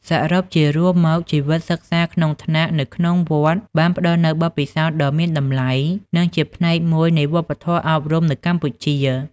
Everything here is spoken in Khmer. សរុបជារួមមកជីវិតសិក្សាក្នុងថ្នាក់នៅក្នុងវត្តបានផ្ដល់នូវបទពិសោធន៍ដ៏មានតម្លៃនិងជាផ្នែកមួយនៃវប្បធម៌អប់រំនៅកម្ពុជា។